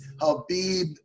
Habib